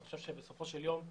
אני חושב שבסופו של יום,